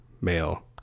male